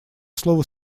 слово